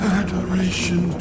adoration